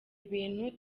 ibintu